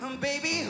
baby